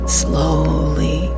slowly